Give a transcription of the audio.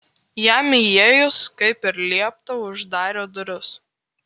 jam įėjus kaip ir liepta uždarė duris